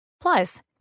Plus